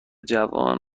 جوان